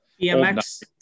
bmx